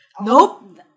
Nope